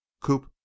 Coop